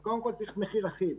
אז לכן חובה שיהיה מחיר אחיד,